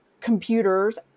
computers